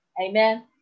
Amen